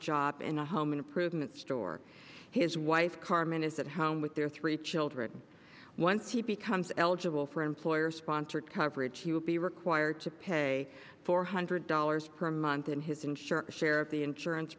job in a home improvement store his wife carmen is at home with their three children once he becomes eligible for employer sponsored coverage he will be required to pay four hundred dollars per month and his insurer a share of the insurance